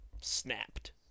Snapped